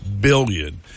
billion